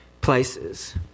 places